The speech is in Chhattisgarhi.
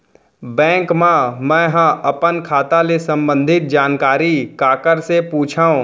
बैंक मा मैं ह अपन खाता ले संबंधित जानकारी काखर से पूछव?